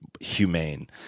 humane